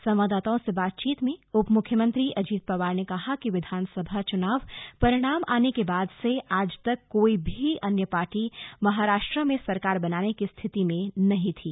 संवाददाताओं से बातचीत में उप मुख्यमंत्री अजित पवार ने कहा कि विधानसभा चुनाव परिणाम आने के बाद से आज तक कोई भी अन्य पार्टी महाराष्ट्र में सरकार बनाने की स्थिति में नहीं थी